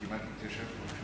כבוד היושב בראש,